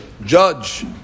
judge